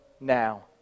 now